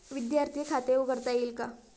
विद्यार्थी खाते उघडता येईल का?